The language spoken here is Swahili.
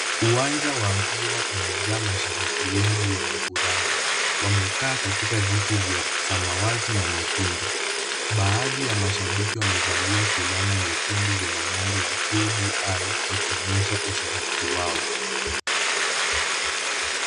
Uwanja wa mpira umejaa mashabiki wengi wenye furaha. Wamekaa katika viti vya samawati na nyekundu. Baadhi ya mashabiki wamevalia fulana nyekundu zenye nembo ya KDI wakionyesha ushabiki wao.